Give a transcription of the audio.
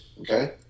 Okay